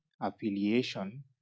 Affiliation